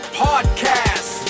podcast